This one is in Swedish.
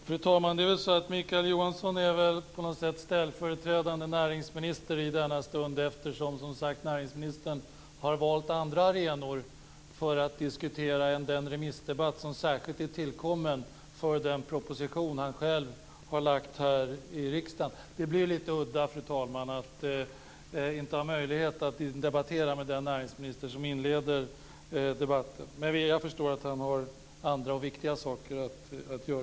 Fru talman! Mikael Johansson är väl på något sätt ställföreträdande näringsminister i denna stund, eftersom näringsministern har valt andra arenor än att diskutera i den remissdebatt som är särskilt tillkommen på grund av den proposition han själv har lagt fram här i riksdagen. Det blir lite udda, fru talman, att inte ha möjlighet att debattera med den näringsminister som inledde debatten. Men jag förstår att han har andra och viktiga saker att göra.